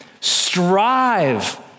strive